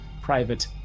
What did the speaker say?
private